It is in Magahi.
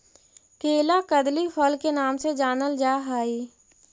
केला कदली फल के नाम से जानल जा हइ